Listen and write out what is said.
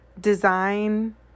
design